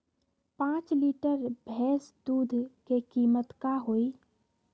पाँच लीटर भेस दूध के कीमत का होई?